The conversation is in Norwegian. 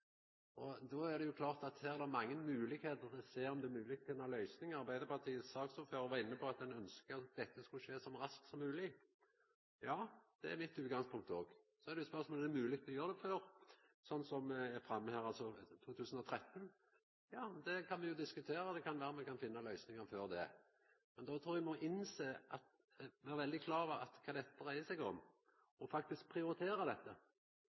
skje. Då er det jo klart at her er det mange moglegheiter for å sjå om det er mogleg å finna løysingar. Saksordføraren frå Arbeidarpartiet var inne på at ein ønskte at dette skulle skje så raskt som mogleg. Ja, det er mitt utgangspunkt òg. Så er det spørsmål om det er mogleg å gjera det før, slik det har vore framme her, altså i 2013. Ja, det kan me jo diskutera. Det kan vera at me kan finna løysingar før det. Då trur eg me må vera veldig klare over kva dette dreier seg om, og faktisk prioritera